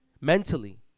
mentally